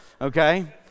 okay